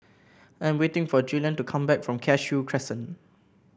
I am waiting for Julian to come back from Cashew Crescent